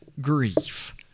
grief